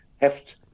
heft